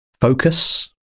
focus